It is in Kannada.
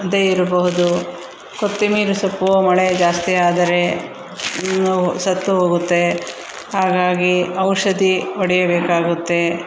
ಅದೇ ಇರಬಹುದು ಕೊತ್ತಿಮಿರಿ ಸೊಪ್ಪು ಮಳೆ ಜಾಸ್ತಿ ಆದರೆ ಸತ್ತು ಹೋಗುತ್ತೆ ಹಾಗಾಗಿ ಔಷಧಿ ಹೊಡೆಯಬೇಕಾಗುತ್ತೆ